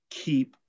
keep